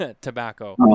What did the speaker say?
Tobacco